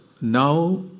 now